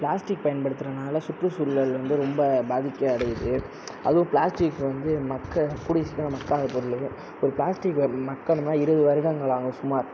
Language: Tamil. பிளாஸ்டிக் பயன்படுத்துறதினால சுற்றுசூழல் வந்து ரொம்ப பாதிப்பு அடையுது அதுவும் பிளாஸ்டிக் வந்து மட்ககூடிய சீக்கரம் மட்காத பொருள் ஒரு பிளாஸ்டிக் மட்கணும்னா இருபது வருடங்கள் ஆகும் சுமார்